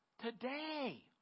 today